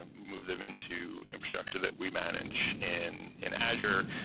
and move them into infrastructure that we manage in in azure,